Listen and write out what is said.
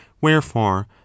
wherefore